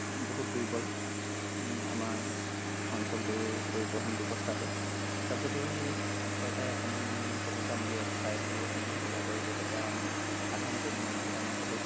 বহুত দুৰ্বল আমাৰ অঞ্চলটোৰ পৰিৱহণ ব্যৱস্থাটো তাত যদি চৰকাৰে অকণমান চকু কাণ দিয়ে চাই মেলি অকণমান সুবিধা কৰি দিয়ে তেতিয়া আমাৰ সাধাৰণ শ্ৰেণীৰ মানুহবোৰৰ কাৰণে বহুত